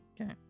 Okay